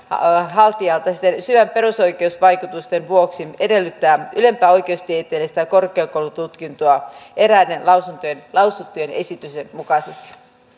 haltijalta perusoikeusvaikutusten vuoksi edellyttää ylempää oikeustieteellistä korkeakoulututkintoa eräiden lausuttujen lausuttujen esitysten mukaisesti